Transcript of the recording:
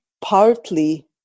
partly